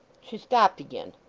she stopped again.